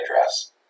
address